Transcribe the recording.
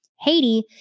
Haiti